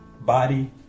body